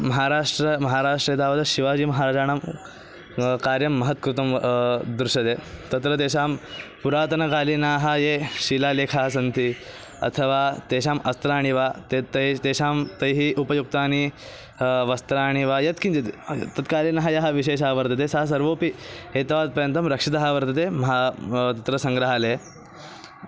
महाराष्ट्रे महाराष्ट्रे तावत् शिवाजीमहाराजाणां कार्यं महत् कृतं दृश्यते तत्र तेषां पुरातनकालीनाः ये शीलालेखाः सन्ति अथवा तेषाम् अस्त्राणि वा ते तै तेषां तैः उपयुक्तानि वस्त्राणि वा यत्किञ्चित् तत्कालीनः यः विशेषः वर्तते सः सर्वोऽपि एतावत्पर्यन्तं रक्षितः वर्तते महा तत्र सङ्ग्रहालये